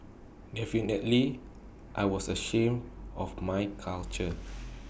definitely I was ashamed of my culture